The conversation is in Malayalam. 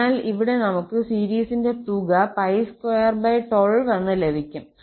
അതിനാൽ ഇവിടെ നമുക്ക് സീരിസിന്റെ തുക 212 എന്ന് ലഭിക്കും